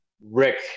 Rick